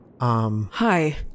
Hi